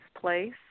place